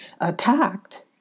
attacked